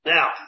Now